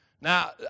Now